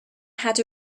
had